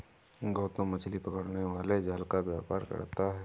गौतम मछली पकड़ने वाले जाल का व्यापार करता है